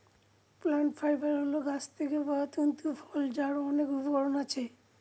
plant fibre হল গাছ থেকে পাওয়া তন্তু ফল যার অনেক উপকরণ আছে